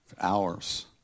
hours